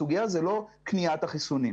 הסוגיה היא לא קניית החיסונים,